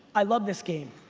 i love this game.